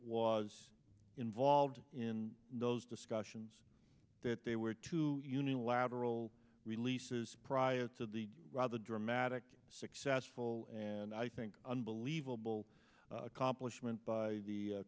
was involved in those discussions that there were two unilateral releases prior to the rather dramatic successful and i think unbelievable accomplishment by the